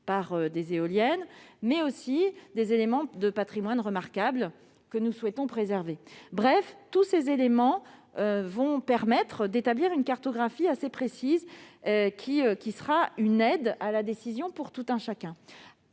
faut également tenir compte des éléments de patrimoine remarquables que nous souhaitons préserver. Bref, tous ces points vont permettre d'établir une cartographie assez précise, qui sera une aide à la décision pour tout un chacun.